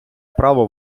право